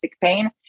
pain